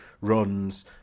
runs